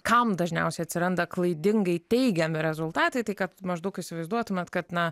kam dažniausiai atsiranda klaidingai teigiami rezultatai tai kad maždaug įsivaizduotumėt kad na